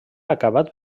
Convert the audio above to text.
acabat